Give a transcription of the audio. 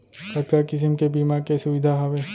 कतका किसिम के बीमा के सुविधा हावे?